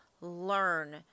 learn